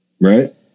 right